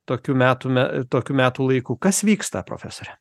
tokių metų me tokiu metų laiku kas vyksta profesore